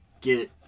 get